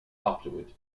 afterward